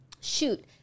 shoot